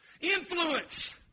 Influence